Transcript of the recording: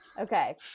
Okay